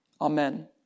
Amen